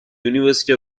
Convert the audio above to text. university